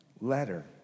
letter